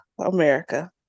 America